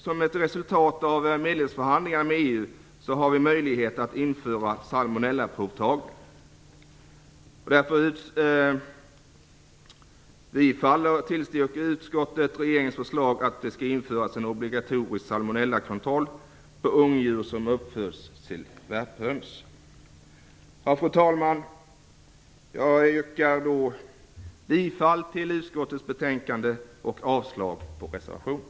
Som ett resultat av medlemskapsförhandlingarna med EU har vi möjlighet att införa salmonellaprovtagning. Utskottet tillstyrker regeringens förslag att det skall införas en obligatorisk salmonellakontroll för ungdjur som uppföds till värphöns. Fru talman! Jag yrkar bifall till utskottets hemställan och avslag på reservationen.